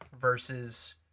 versus